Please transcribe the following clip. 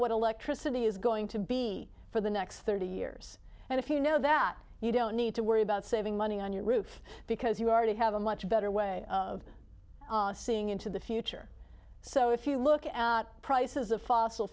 what electricity is going to be for the next thirty years and if you know that you don't need to worry about saving money on your roof because you already have a much better way of seeing into the future so if you look at prices of fossil